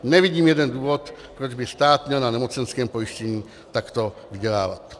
Nevidím jeden důvod, proč by stát měl na nemocenském pojištění takto vydělávat.